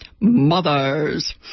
mothers